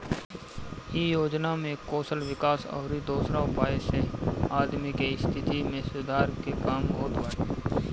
इ योजना में कौशल विकास अउरी दोसरा उपाय से आदमी के स्थिति में सुधार के काम होत बाटे